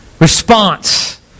response